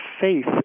faith